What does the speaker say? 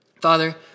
Father